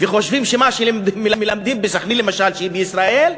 וחושבים שמה שמלמדים בסח'נין, למשל, שהיא בישראל,